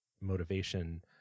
motivation